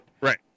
right